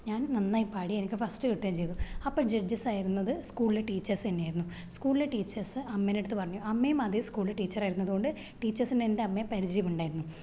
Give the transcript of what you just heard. ഞാന് നന്നായി പാടി എനിക്ക് ഫസ്റ്റ് കിട്ടേം ചെയ്തു അപ്പോൾ ജട്ജസ്സായിരുന്നത് സ്കൂളിലെ ടീച്ചേസ്സന്നെയായിരുന്നു സ്കൂളിലെ ടീച്ചേസ് അമ്മേനടുത്ത് പറഞ്ഞു അമ്മേം അതേ സ്കൂളില് ടീച്ചറായിരുന്നത് കൊണ്ട് ടീച്ചേസ്സിനെന്റെ അമ്മയെ പരിചയമുണ്ടായിരുന്നു